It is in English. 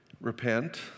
Repent